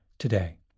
today